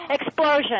Explosion